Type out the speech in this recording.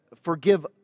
forgive